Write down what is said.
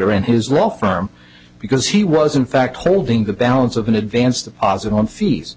or and his law firm because he was in fact holding the balance of an advance the positon fees